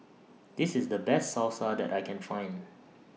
This IS The Best Salsa that I Can Find